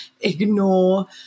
ignore